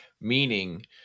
meaning